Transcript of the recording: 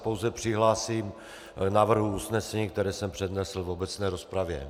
Pouze se přihlásím k návrhu usnesení, které jsem přednesl v obecné rozpravě.